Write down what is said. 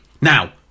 Now